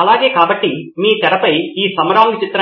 అది తక్కువ సంఖ్యలో నోట్స్ను కోవడం ఎందుకంటే ఆ విధమైన నోట్స్ ద్వారా చదవడానికి వ్యక్తి కేటాయించే సమయాన్ని తగ్గిస్తుంది